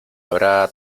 habrá